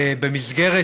במסגרת